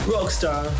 Rockstar